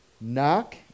Knock